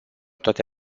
toate